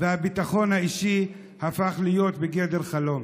והביטחון האישי הפך להיות בגדר חלום.